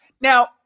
Now